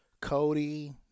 Cody